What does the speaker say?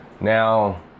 Now